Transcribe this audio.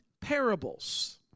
parables